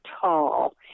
tall